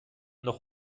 noch